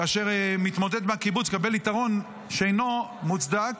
כאשר מתמודד מהקיבוץ מקבל יתרון שאינו מוצדק